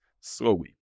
slowly